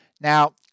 Now